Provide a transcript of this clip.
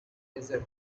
desert